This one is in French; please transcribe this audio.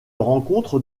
rencontre